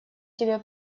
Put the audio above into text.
тебе